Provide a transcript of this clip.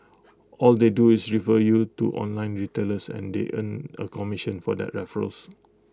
all they do is refer you to online retailers and they earn A commission for that referrals